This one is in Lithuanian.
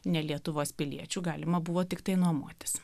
ne lietuvos piliečiu galima buvo tiktai nuomotis